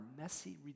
messy